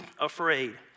afraid